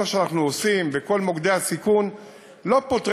וכל מה שאנחנו עושים בכל מוקדי הסיכון לא פותר